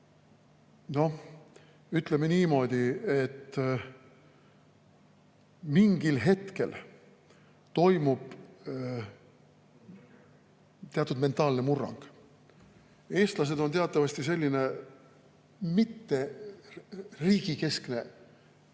ole. Ütleme niimoodi, et mingil hetkel toimub teatud mentaalne murrang. Eestlased ei ole teatavasti selline riigikeskne või